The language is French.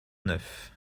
neuf